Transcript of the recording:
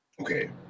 Okay